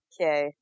okay